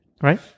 Right